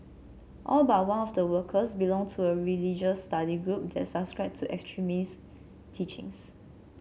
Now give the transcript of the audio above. all but one of the workers belonged to a religious study group that subscribed to extremist teachings